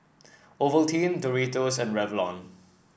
Ovaltine Doritos and Revlon